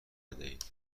بدهید